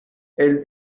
elle